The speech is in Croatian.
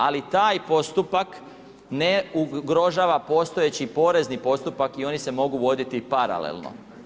Ali taj postupak ne ugrožava postojeći porezni postupak i oni se mogu voditi paralelno.